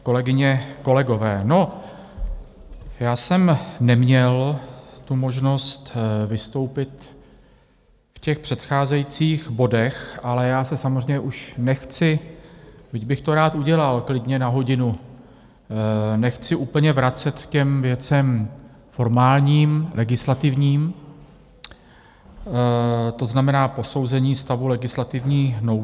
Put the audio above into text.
Kolegyně, kolegové, no, já jsem neměl tu možnost vystoupit v těch předcházejících bodech, ale já se samozřejmě už nechci, byť bych to rád udělal klidně na hodinu, nechci úplně vracet k těm věcem formálním, legislativním, to znamená posouzení stavu legislativní nouze.